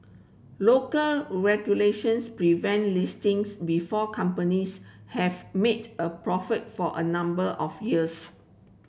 local regulations prevent listings before companies have made a profit for a number of years